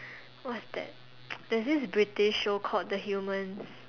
what's that there's this British show called the humans